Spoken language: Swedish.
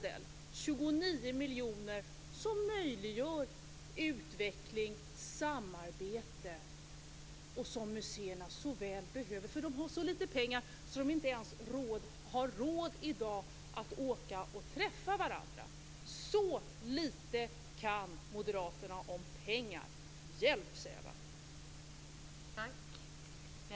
Det är 29 miljoner kronor som möjliggör utveckling och samarbete. Det är något som museerna så väl behöver. De har så lite pengar på museerna att de inte har råd att träffa varandra. Så lite kan moderaterna om pengar. Hjälp!